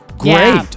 great